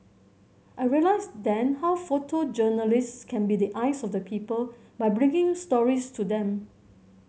I realised then how photojournalist can be the eyes of the people by bringing stories to them